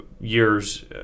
years